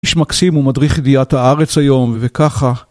איש מקסים הוא מדריך ידיעת הארץ היום, וככה